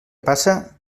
passa